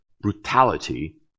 brutality